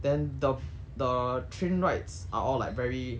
then the the train rides are all like very